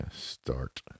Start